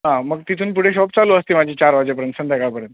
हा मग तिथून पुढे शॉप चालू असते माझे चार वाजेपर्यंत संध्याकाळपर्यंत